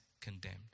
condemned